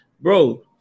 bro